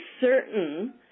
certain